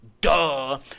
Duh